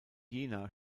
jena